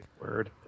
Word